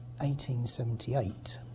1878